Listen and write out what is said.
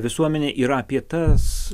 visuomenę yra apie tas